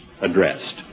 addressed